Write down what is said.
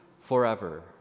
forever